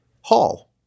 hall